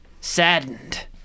saddened